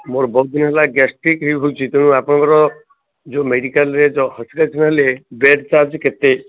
ମୋର ବହୁତ ଦିନି ହେଲା ଗ୍ୟାଷ୍ଟ୍ରିକ୍ ରହୁଛି ତେଣୁ ଆପଣଙ୍କର ଯେଉଁ ମେଡ଼ିକାଲ୍ରେ ଯେଉଁ ହସ୍ପିଟାଲ୍ରେ ବେଡ଼୍ ଚାର୍ଜ୍ କେତେ